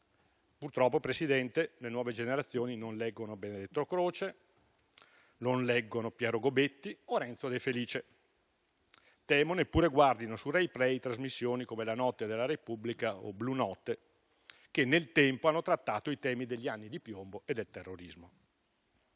Purtroppo, signor Presidente, le nuove generazioni non leggono Benedetto Croce, Piero Gobetti o Renzo De Felice. Temo che neppure guardino su RaiPlay trasmissioni come «La notte della Repubblica» o «Blu notte», che nel tempo hanno trattato i temi degli anni di piombo e del terrorismo.